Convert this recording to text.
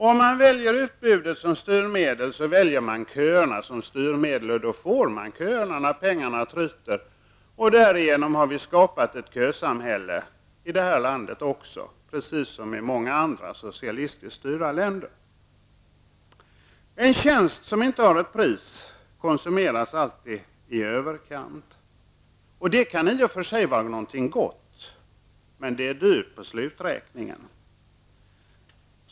Om man väljer utbudet som styrmedel väljer man köerna som styrmedel och då får man köer när pengarna tryter. Därigenom har vi skapat ett kösamhälle i det här landet också, precis som i många andra socialistiskt styrda länder. En tjänst som inte har ett pris konfsumeras alltid i överkant. Det kan i och för sig vara någonting gott, men det är dyrt på sluträkningen.